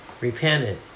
repented